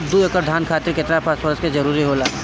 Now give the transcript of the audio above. दु एकड़ धान खातिर केतना फास्फोरस के जरूरी होला?